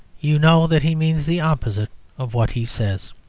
you know that he means the opposite of what he says.